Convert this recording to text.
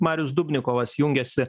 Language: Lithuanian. marius dubnikovas jungiasi